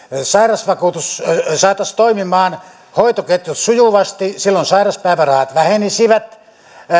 sairausvakuutus saataisiin toimimaan ja hoitoketjut sujuvasti silloin sairauspäivärahat vähenisivät